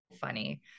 funny